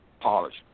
polish